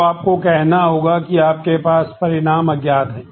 तो आपको कहना होगा कि आपके पास परिणाम अज्ञात है